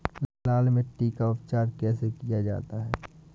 लाल मिट्टी का उपचार कैसे किया जाता है?